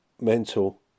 mental